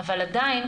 אבל עדיין,